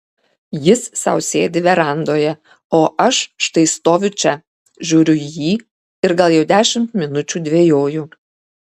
jis sau sėdi verandoje o aš štai stoviu čia žiūriu į jį ir gal jau dešimt minučių dvejoju